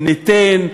ניתן.